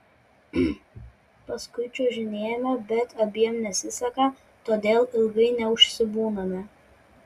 paskui čiuožinėjame bet abiem nesiseka todėl ilgai neužsibūname